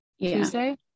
Tuesday